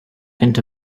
into